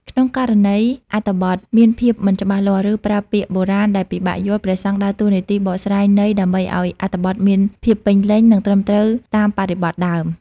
ក្នុងករណីអត្ថបទមានភាពមិនច្បាស់លាស់ ឬប្រើពាក្យបុរាណដែលពិបាកយល់ ព្រះសង្ឃដើរតួនាទីបកស្រាយន័យ ដើម្បីឱ្យអត្ថបទមានភាពពេញលេញ និងត្រឹមត្រូវតាមបរិបទដើម។